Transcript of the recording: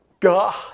God